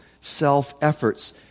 self-efforts